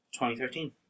2013